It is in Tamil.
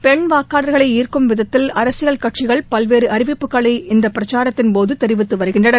பெண் வாக்காளர்களை ஈர்க்கும் விதத்தில் அரசியல் கட்சிகள் பல்வேறு அறிவிப்புகளை இந்த பிரச்சாரத்தின்போது தெரிவித்து வருகின்றனர்